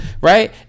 Right